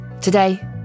Today